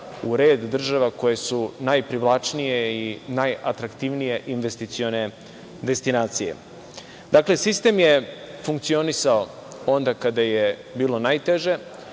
u red država koje su najprivlačnije i najatraktivnije investicione destinacije. Dakle, sistem je funkcionisao onda kada je bilo najteže